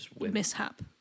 mishap